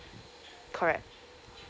correct